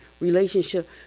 relationship